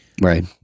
right